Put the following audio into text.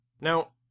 Now